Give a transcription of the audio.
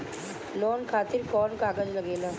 Loan खातिर कौन कागज लागेला?